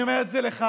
אני אומר את זה לך,